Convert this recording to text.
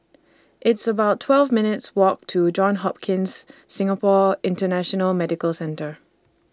It's about twelve minutes' Walk to Johns Hopkins Singapore International Medical Centre